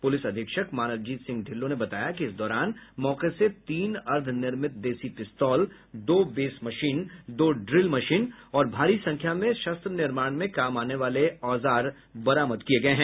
police अधीक्षक मानवजीत सिंह ढिल्लों ने बताया कि इस दौरान मौके से तीन अर्द्ध निर्मित देसी पिस्तौल दो वेस मशीन दो ड्रील मशीन और भारी संख्या में शस्त्र निर्माण में काम आने वाले औजार बरामद किया गया है